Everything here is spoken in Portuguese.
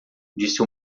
disse